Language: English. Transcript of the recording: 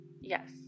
Yes